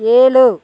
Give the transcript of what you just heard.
ஏழு